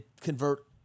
convert—